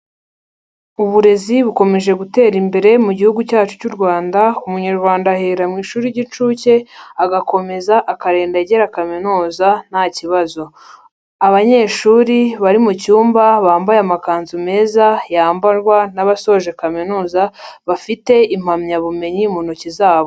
Uburezi bukomeje gutera imbere mu gihugu cyacu cy'u Rwanda, umunyarwanda ahera mu ishuri ry'inshuke agakomeza akarinda agera kaminuza nta kibazo, abanyeshuri bari mu cyumba bambaye amakanzu meza yambarwa n'abasoje kaminuza bafite impamyabumenyi mu ntoki zabo.